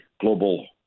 global